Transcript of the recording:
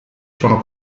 sono